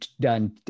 done